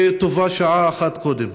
וטובה שעה אחת קודם.